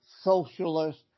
socialist